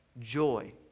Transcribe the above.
joy